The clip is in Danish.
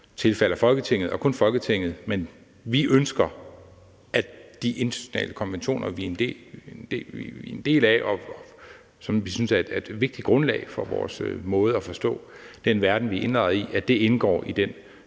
tilfalder Folketinget og kun Folketinget, men vi ønsker, at de internationale konventioner, vi er en del af, og som vi synes er et vigtigt grundlag for vores måde at forstå den verden, vi indgår i, på, indgår i den